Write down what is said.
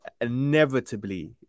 inevitably